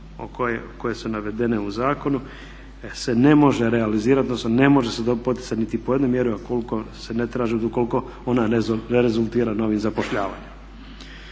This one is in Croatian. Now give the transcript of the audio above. koje su navedene u zakonu se ne može realizirati, odnosno ne može se poticati ni po jednom mjeri ukoliko se ne traži ili ukoliko ona ne rezultira novim zapošljavanjem.